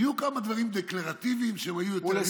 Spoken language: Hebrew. היו כמה דברים דקלרטיביים שהם היו יותר,